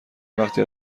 وقتی